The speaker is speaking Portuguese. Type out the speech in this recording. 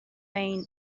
wayne